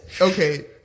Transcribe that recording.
Okay